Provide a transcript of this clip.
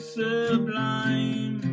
sublime